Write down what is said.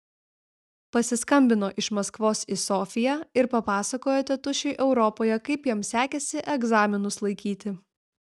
pasiskambino iš maskvos į sofiją ir papasakojo tėtušiui europoje kaip jam sekėsi egzaminus laikyti